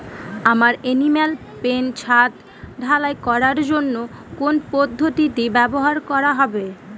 আমার এনিম্যাল পেন ছাদ ঢালাই করার জন্য কোন পদ্ধতিটি ব্যবহার করা হবে?